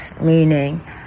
meaning